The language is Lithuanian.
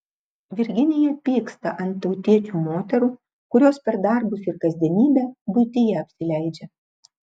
virginija pyksta ant tautiečių moterų kurios per darbus ir kasdienybę buityje apsileidžia